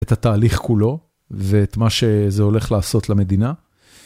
את התהליך כולו ואת מה שזה הולך לעשות למדינה.